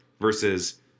versus